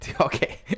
okay